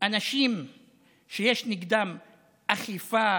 אנשים שיש נגדם אכיפה